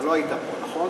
אתה לא היית פה, נכון?